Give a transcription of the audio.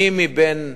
מי מבין בני-הזוג,